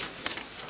Hvala.